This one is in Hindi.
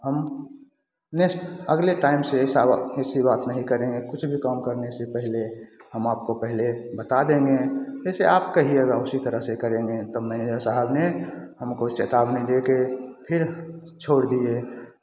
हमने अगले टाइम से ऐसा बात ऐसी बात नहीं करेंगे कुछ भी काम करने से पहले हम आपको पहले बता देंगे जैसे आप कहिएगा उसी तरह से करेंगे तब मैनेज़र साहब ने हमको चेतावनी देके फिर छोड़ दिए